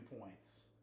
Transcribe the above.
points